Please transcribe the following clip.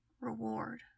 reward